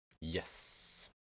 Yes